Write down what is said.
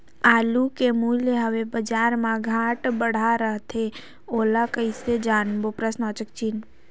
आलू के मूल्य हवे बजार मा घाट बढ़ा रथे ओला कइसे जानबो?